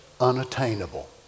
unattainable